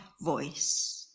voice